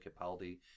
Capaldi